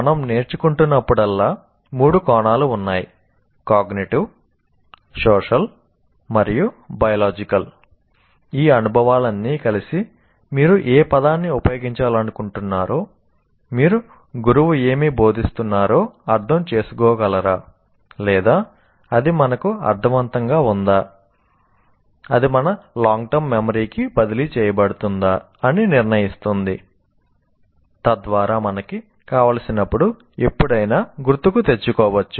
మనం నేర్చుకుంటున్నప్పుడల్లా మూడు కోణాలు ఉన్నాయి కాగ్నిటివ్ కి బదిలీ చేయబడుతుందా అని నిర్ణయిస్తుంది తద్వారా మనకి కావలసినప్పుడు ఎప్పుడైనా గుర్తుకు తెచ్చుకోవచ్చు